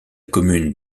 commune